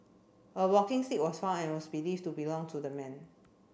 a walking stick was found and was believed to belong to the man